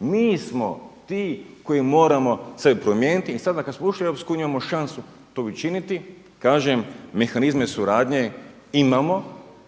Mi smo ti koji moramo se promijeniti i sada kada smo ušli u EU imamo šansu to učiniti. Kažem, mehanizme suradnje imamo,